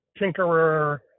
tinkerer